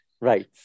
Right